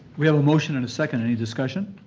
we have a motion and a second. any discussion?